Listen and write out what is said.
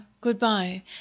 goodbye